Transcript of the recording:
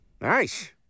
Nice